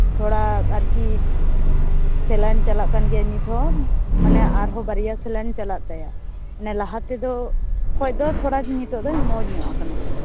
ᱛᱷᱚᱲᱟ ᱟᱨᱠᱤ ᱥᱮᱞᱟᱭᱤᱱ ᱪᱟᱞᱟᱜ ᱠᱟᱱ ᱜᱮᱭᱟ ᱱᱤᱛᱦᱚᱸ ᱢᱟᱱᱮ ᱟᱨᱦᱚᱸ ᱵᱟᱨᱭᱟ ᱥᱮᱞᱟᱭᱤᱱ ᱪᱟᱞᱟᱜ ᱛᱟᱭᱟ ᱢᱟᱱᱮ ᱞᱟᱦᱟᱛᱮᱫᱚ ᱠᱷᱚᱡ ᱫᱚ ᱱᱤᱛᱚᱜ ᱫᱚ ᱛᱷᱚᱲᱟᱭ ᱢᱚᱡᱽ ᱧᱚᱜ ᱟᱠᱟᱱᱟ